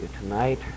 tonight